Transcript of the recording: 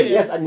Yes